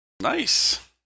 Nice